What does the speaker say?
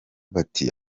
bati